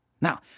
Now